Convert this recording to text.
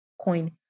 coin